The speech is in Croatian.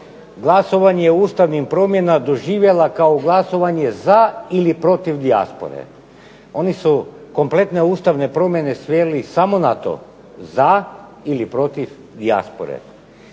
glasovanje o ustavnim promjenama doživjela kao glasovanje za ili protiv dijaspore. Oni su kompletne ustavne promjene sveli samo na to za ili protiv dijaspore.